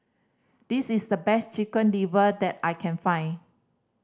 this is the best Chicken Liver that I can find